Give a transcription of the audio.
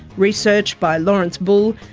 research by lawrence bull,